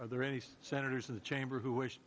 are there any senators in the chamber who is